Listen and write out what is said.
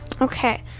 Okay